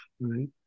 right